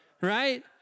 right